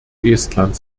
estland